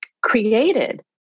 created